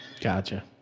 Gotcha